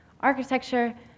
Architecture